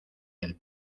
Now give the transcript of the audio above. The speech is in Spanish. del